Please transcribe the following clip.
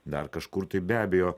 dar kažkur tai be abejo